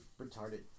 retarded